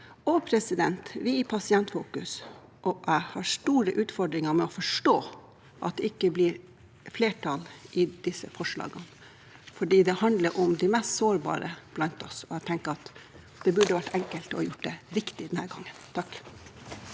Og vi i Pasientfokus, og jeg, har store utfordringer med å forstå at det ikke blir flertall for disse forslagene, fordi det handler om de mest sårbare blant oss. Jeg tenker at det burde vært enkelt å gjøre det riktig denne gangen.